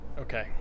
Okay